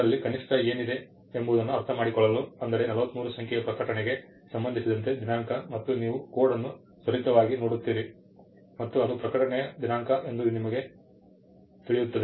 ಅದರಲ್ಲಿ ಕನಿಷ್ಠ ಏನಿದೆ ಎಂಬುದನ್ನು ಅರ್ಥಮಾಡಿಕೊಳ್ಳಲು ಅಂದರೆ 43 ಸಂಖ್ಯೆಯ ಪ್ರಕಟಣೆಗೆ ಸಂಬಂಧಿಸಿದಂತೆ ದಿನಾಂಕ ಮತ್ತು ನೀವು ಕೋಡ್ ಅನ್ನು ತ್ವರಿತವಾಗಿ ನೋಡುತ್ತೀರಿ ಮತ್ತು ಅದು ಪ್ರಕಟಣೆಯ ದಿನಾಂಕ ಎಂದು ನಿಮಗೆ ತಿಳಿಯುತ್ತದೆ